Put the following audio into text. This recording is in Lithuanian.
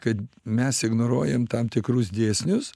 kad mes ignoruojam tam tikrus dėsnius